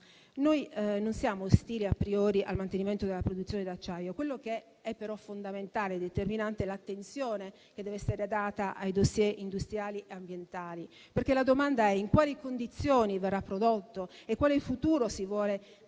Noi non siamo ostili a priori al mantenimento della produzione dell'acciaio. Quello che è però fondamentale e determinante è l'attenzione che deve essere data ai *dossier* industriali e ambientali. In quali condizioni verrà prodotto e quale futuro si vuole indicare